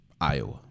iowa